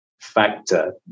factor